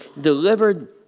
delivered